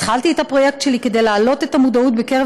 התחלתי את הפרויקט שלי כדי להעלות את המודעות בקרב